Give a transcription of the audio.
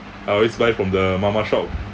I always buy from the mamak shop